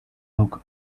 look